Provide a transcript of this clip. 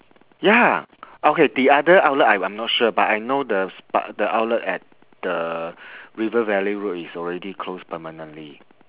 ya okay the other outlet I'm I'm not sure but I know the s~ but the outlet at the river valley road is already closed permanently